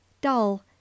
dull